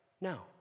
No